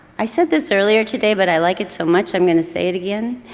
i said this earlier today but i like it so much, i'm gonna say it again.